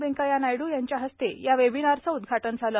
वेंकय्या नायडू यांच्या हस्ते या वेबिनारचं उद्घाटन झालं